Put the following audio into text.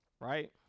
right